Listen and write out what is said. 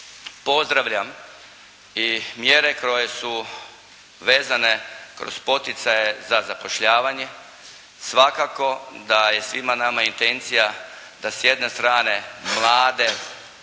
pozdravljam i mjere koje su vezane kroz poticaje za zapošljavanje. Svakako da je svima nama intencija da s jedne strane mlade